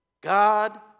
God